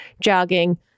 jogging